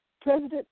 President